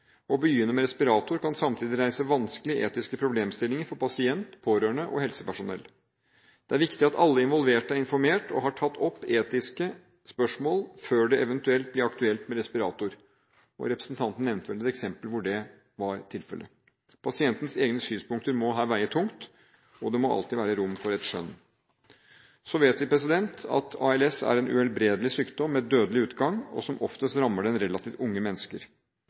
Å begynne med respirator kan samtidig reise vanskelige etiske problemstillinger for pasient, pårørende og helsepersonell. Det er viktig at alle involverte er informert og har tatt opp etiske spørsmål før det eventuelt blir aktuelt med respirator. Representanten nevnte vel et eksempel hvor det var tilfellet. Pasientens egne synspunkter må her veie tungt, og det må alltid være rom for et skjønn. Så vet vi at ALS er en uhelbredelig sykdom med dødelig utgang, og som oftest rammer den relativt unge mennesker.